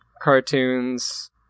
cartoons